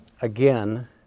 again